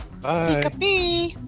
Bye